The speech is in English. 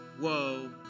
whoa